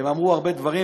הם אמרו הרבה דברים,